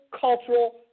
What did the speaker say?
cultural